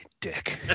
dick